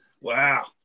Wow